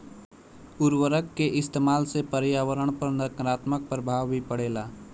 उर्वरक के इस्तमाल से पर्यावरण पर नकारात्मक प्रभाव भी पड़ेला